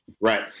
Right